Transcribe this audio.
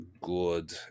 good